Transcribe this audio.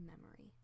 memory